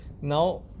now